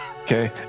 Okay